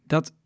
Dat